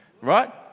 Right